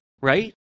right